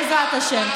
בעזרת השם.